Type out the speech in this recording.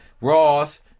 Ross